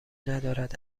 ندارد